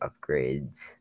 upgrades